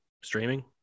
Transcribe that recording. Streaming